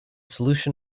solution